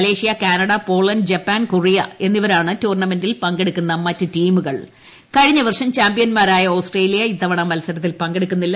Malaysia Canada Poland Japan Korea എന്നിവരാണ് ടൂർണമെന്റിൽ പങ്കെടുക്കുന്ന മറ്റ് ടീമുകൾ കഴിഞ്ഞ വർഷം ചാമ്പ്യന്മാരായ ആസ്ട്രേലിയ ഇത്തവ ണത്തെ മത്സരത്തിൽ പങ്കെടുക്കുന്നില്ല